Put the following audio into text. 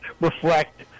reflect